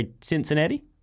Cincinnati